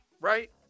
right